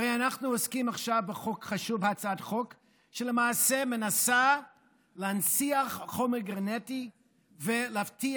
הרי אנחנו עוסקים בהצעת חוק חשובה שמנסה להנציח חומר גנטי ולהבטיח,